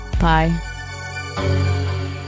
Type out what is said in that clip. Bye